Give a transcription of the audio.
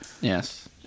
Yes